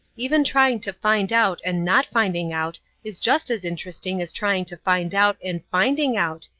even trying to find out and not finding out is just as interesting as trying to find out and finding out,